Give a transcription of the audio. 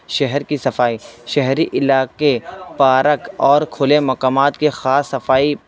شہر کی صفائی شہری علاقے پارک اور کھلے مقامات کی خاص صفائی